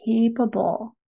capable